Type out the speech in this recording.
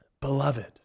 beloved